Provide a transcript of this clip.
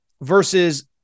versus